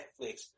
Netflix